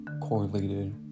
correlated